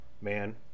man